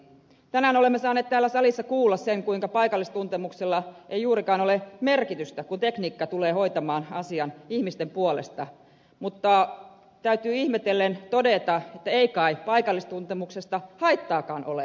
tänään olemme saaneet täällä salissa kuulla kuinka paikallistuntemuksella ei juurikaan ole merkitystä kun tekniikka tulee hoitamaan asian ihmisten puolesta mutta täytyy ihmetellen todeta että ei kai paikallistuntemuksesta haittaakaan ole